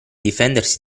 difendersi